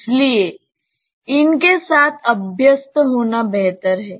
इसलिए इन के साथ अभ्यस्त होना बेहतर है